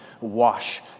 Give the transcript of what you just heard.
wash